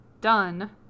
done